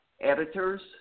editors